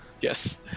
Yes